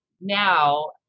now